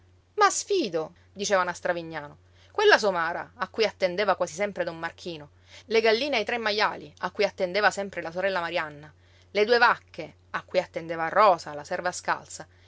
ma sfido dicevano a stravignano quella somara a cui attendeva quasi sempre don marchino le galline e i tre majali a cui attendeva sempre la sorella marianna le due vacche a cui attendeva rosa la serva scalza